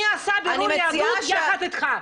אני עושה בירור יהדות יחד איתך.